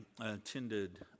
attended